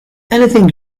anything